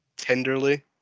tenderly